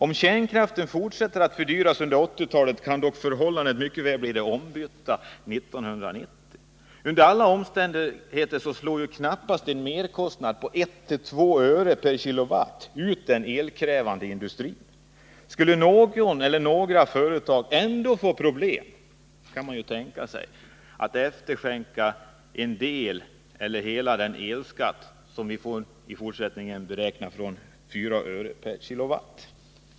Om kärnkraften fortsätter att fördyras under 1980-talet kan dock förhållandet mycket väl bli det omvända 1990. Under alla omständigheter slår knappast en merkostnad på 1-2 öre kWh.